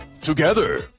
Together